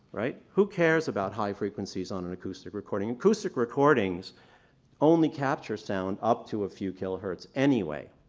right. who cares about high frequencies on an acoustic recording? acoustic recordings only capture sound up to a few kilohertz anyway,